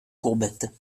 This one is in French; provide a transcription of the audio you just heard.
courbettes